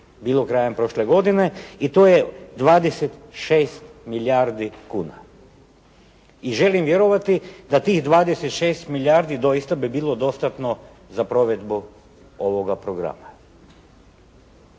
bilo krajem prošle godine i to je 26 milijardi kuna. I želim vjerovati da tih 26 milijardi doista bi bilo dostatno za provedbu ovoga programa.